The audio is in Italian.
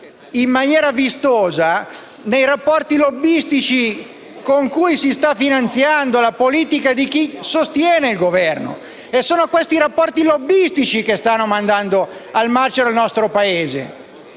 in maniera vistosa nei rapporti lobbistici con cui si sta finanziando la politica di chi sostiene il Governo. E sono questi rapporti lobbistici che stanno mandando al macero il nostro Paese.